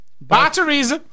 Batteries